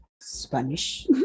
Spanish